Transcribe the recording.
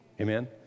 Amen